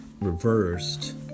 reversed